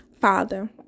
father